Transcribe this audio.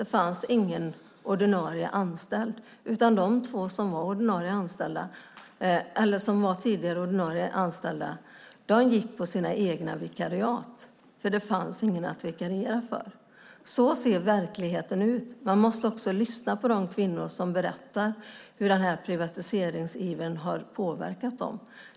Det fanns ingen ordinarie anställd, utan de två som tidigare varit ordinarie anställda gick på sina egna vikariat, för det fanns ingen annan. Så ser verkligheten ut. Man måste lyssna på de kvinnor som berättar hur den här privatiseringsivern har påverkat dem.